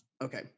okay